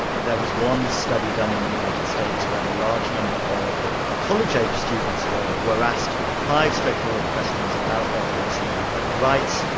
there was one study done in the united states where a large number of college-aged students were were asked five straightforward questions about their privacy rights,